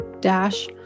dash